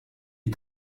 est